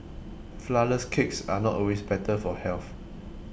Flourless Cakes are not always better for health